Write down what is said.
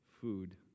food